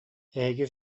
эһиги